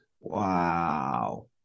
Wow